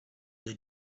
the